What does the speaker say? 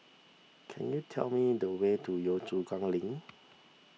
can you tell me the way to Yio Chu Kang Link